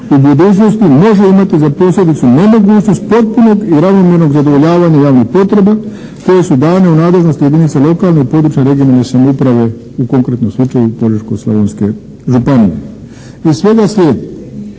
u budućnosti može imati za posljedicu nemogućnost potpunog i ravnomjernog zadovoljavanja javnih potreba koje su dane u nadležnost jedinica lokalne i područne (regionalne) samouprave", u konkretnom slučaju Požeško-slavonske županije. Iz svega sljedi,